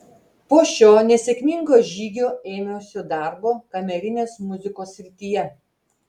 po šio nesėkmingo žygio ėmiausi darbo kamerinės muzikos srityje